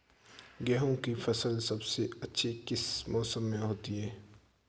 गेंहू की फसल सबसे अच्छी किस मौसम में होती है?